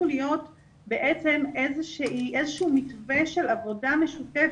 להיות בעצם איזשהו מתווה של עבודה משותפת.